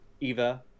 Eva